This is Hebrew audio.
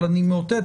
אבל אני מאותת,